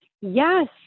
Yes